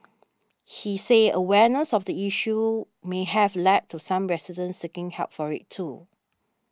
he said awareness of the issue may have led to some residents seeking help for it too